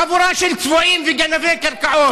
חבורה של צבועים וגנבי קרקעות.